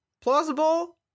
plausible